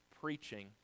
preaching